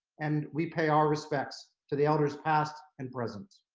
and we pay our respects to the elders, past and present.